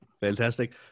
Fantastic